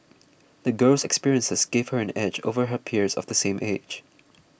the girl's experiences gave her an edge over her peers of the same age